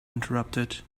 interrupted